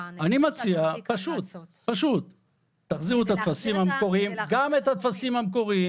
אני מציע להחזיר את הטפסים המקוריים